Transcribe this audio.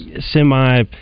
semi